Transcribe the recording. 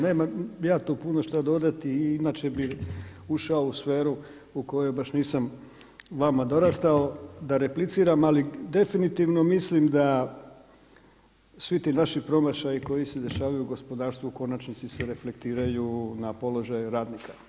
Nemam ja tu što puno dodati inače bih ušao u sferu u kojoj baš nisam vama dorastao da repliciram, ali definitivno mislim da svi ti naši promašaji koji se dešavaju u gospodarstvu u konačnici se reflektiraju na položaju radnika.